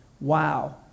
Wow